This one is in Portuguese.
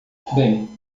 bem